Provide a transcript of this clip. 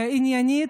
עניינית,